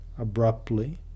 abruptly